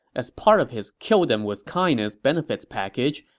as part of his kill-them-with-kindness benefits package,